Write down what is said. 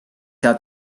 saa